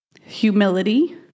humility